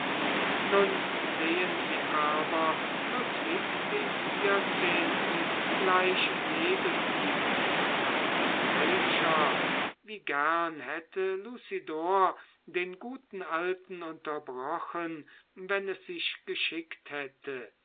nun sehen sie aber ludwig den vierzehnten gleich neben ihm als welcher wie gern hätte lucidor den guten alten unterbrochen wenn es sich geschickt hätte